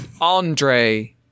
Andre